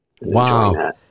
Wow